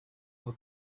aho